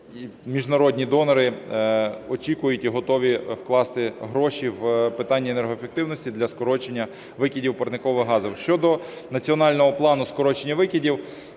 міжнародні донори очікують і готові вкласти гроші в питання енергоефективності для скорочення викидів парникових газів. Щодо Національного плану скорочення викидів,